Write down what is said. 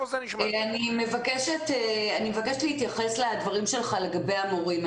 אני מבקשת להתייחס לדברים שלך לגבי המורים.